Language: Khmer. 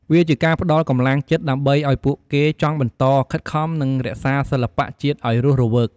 វាជាការផ្តល់កម្លាំងចិត្ត ដើម្បីឲ្យពួកគេចង់បន្ត ខិតខំ និងរក្សាសិល្បៈជាតិអោយរស់រវើក។